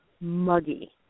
muggy